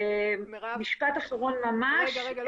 אנחנו כן